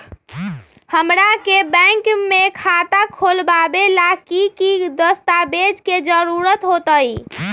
हमरा के बैंक में खाता खोलबाबे ला की की दस्तावेज के जरूरत होतई?